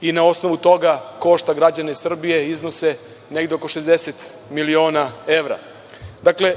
i na osnovu toga košta građane Srbije i iznose negde oko 60 miliona evra. Dakle,